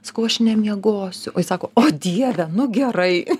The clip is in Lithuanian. sakau aš nemiegosiu o jis sako o dieve nu gerai